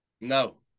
No